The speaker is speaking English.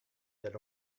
that